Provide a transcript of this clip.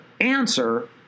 answer